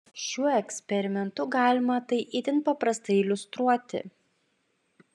šiuo eksperimentu galima tai itin paprastai iliustruoti